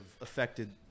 affected